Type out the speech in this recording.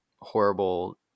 horrible